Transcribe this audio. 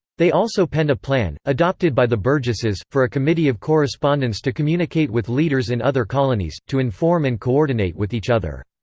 they also penned a plan, adopted by the burgesses, for a committee of correspondence to communicate with leaders in other colonies, to inform and coordinate with each other.